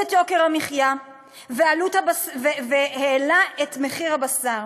את יוקר המחיה והעלה את מחיר הבשר.